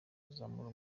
kuzamura